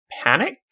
Panic